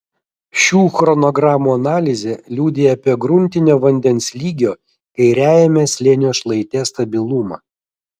šių chronogramų analizė liudija apie gruntinio vandens lygio kairiajame slėnio šlaite stabilumą